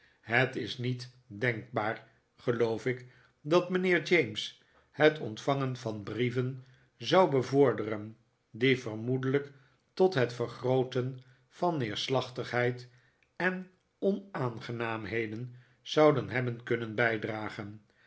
het is niet denkbaar geloof ik dat mijnheer james het ontvangen van brieven zou bevorderen die vermoedelijk tot het vergrooten van neerslachtigheid en onaangenaamheden zouden hebben kunnen bijdragen